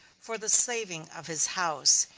for the saving of his house.